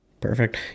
Perfect